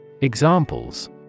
Examples